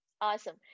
awesome